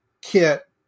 kit